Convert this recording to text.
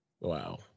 Wow